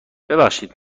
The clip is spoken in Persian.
ببخشید